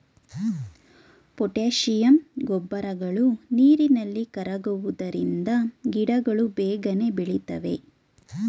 potassium ಗೊಬ್ಬರಗಳು ನೀರಿನಲ್ಲಿ ಕರಗುವುದರಿಂದ ಗಿಡಗಳು ಬೇಗನೆ ಬೆಳಿತವೆ